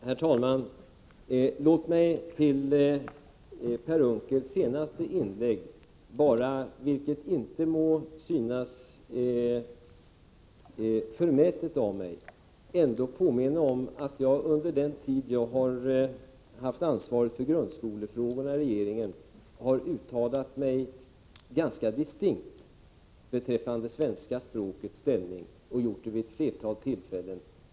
Herr talman! Låt mig efter Per Unckels senaste inlägg ändå bara påminna om -— vilket inte må synas förmätet av mig — att jag under den tid jag har haft ansvaret för grundskolefrågorna i regeringen, har uttalat mig ganska distinkt beträffande svenska språkets ställning, och jag har gjort det vid ett flertal tillfällen.